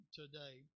today